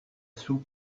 sous